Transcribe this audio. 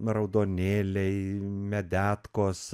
raudonėliai medetkos